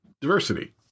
diversity